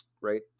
right